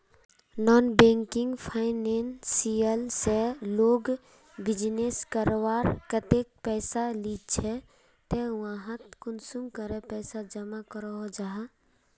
Non banking financial से लोग business करवार केते पैसा लिझे ते वहात कुंसम करे पैसा जमा करो जाहा?